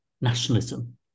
nationalism